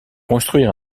construire